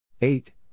Eight